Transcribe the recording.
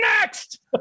Next